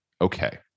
Okay